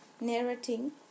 narrating